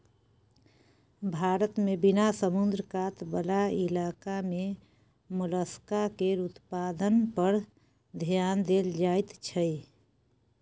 भारत मे बिना समुद्र कात बला इलाका मे मोलस्का केर उत्पादन पर धेआन देल जाइत छै